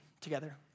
together